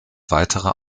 weitere